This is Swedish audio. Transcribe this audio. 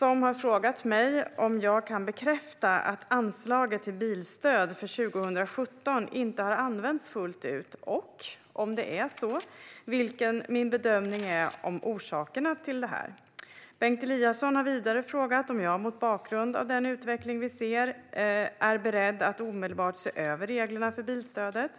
har frågat mig om jag kan bekräfta att anslaget till bilstöd för 2017 inte har använts fullt ut och, om så är fallet, vilken min bedömning är av orsakerna till detta. Bengt Eliasson har vidare frågat om jag mot bakgrund av den utveckling vi har sett är beredd att omedelbart se över reglerna för bilstödet.